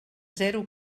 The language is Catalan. zero